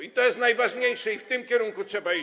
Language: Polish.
I to jest najważniejsze, w tym kierunku trzeba iść.